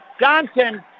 Johnson